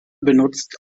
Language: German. benutzt